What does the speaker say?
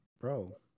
bro